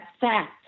fact